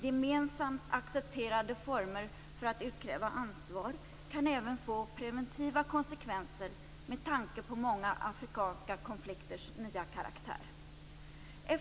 Gemensamt accepterade former för att utkräva ansvar kan även få preventiva konsekvenser med tanke på många afrikanska konflikters nya karaktär.